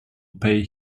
pay